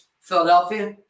Philadelphia